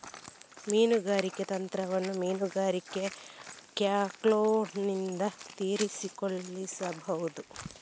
ಮೀನುಗಾರಿಕೆ ತಂತ್ರಗಳನ್ನು ಮೀನುಗಾರಿಕೆ ಟ್ಯಾಕ್ಲೋನೊಂದಿಗೆ ವ್ಯತಿರಿಕ್ತಗೊಳಿಸಬಹುದು